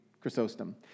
Chrysostom